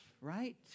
right